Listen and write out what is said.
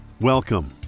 Welcome